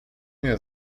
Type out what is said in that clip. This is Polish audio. nie